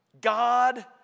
God